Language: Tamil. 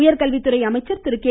உயர்கல்வித்துறை அமைச்சர் கே